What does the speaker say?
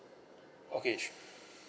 okay